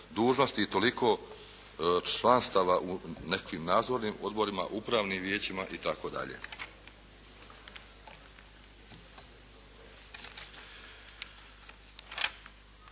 i toliko članstava u nekakvim nadzornim odborima, upravnim vijećima itd.